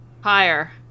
Higher